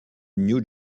new